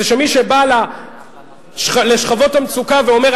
זה שמי שבא לשכבות המצוקה ואומר,